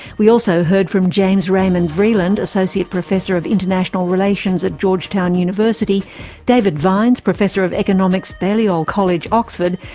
we also heard from james raymond vreeland, associate professor of international relations at georgetown university david vines, professor of economics, balliol college, oxford,